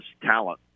talent